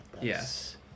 Yes